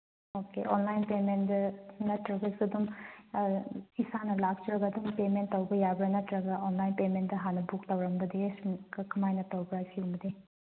okay online ꯄꯦꯃꯦꯟꯗ ꯅꯠꯇ꯭ꯔꯒꯁꯨ ꯑꯗꯨꯝ ꯏꯁꯥꯅ ꯂꯥꯛꯆꯔꯒ ꯑꯗꯨꯝ ꯄꯦꯃꯦꯟ ꯇꯧꯕ ꯌꯥꯕ꯭ꯔꯥ ꯅꯠꯇ꯭ꯔꯒ ꯑꯣꯟꯂꯥꯏꯟ ꯄꯦꯃꯦꯟꯗ ꯍꯥꯟꯅ ꯕꯨꯛ ꯇꯧꯔꯝꯒꯗꯤ ꯀꯃꯥꯏꯅ ꯇꯧꯕ꯭ꯔꯥ ꯁꯤꯃꯗꯤ